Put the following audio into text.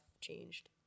changed